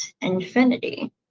infinity